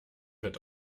wird